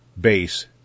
base